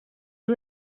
you